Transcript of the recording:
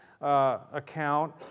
account